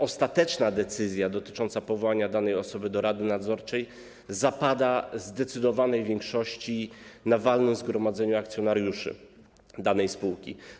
Ostateczna decyzja dotycząca powołania danej osoby do rady nadzorczej zapada w zdecydowanej większości przypadków na walnym zgromadzeniu akcjonariuszy danej spółki.